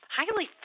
highly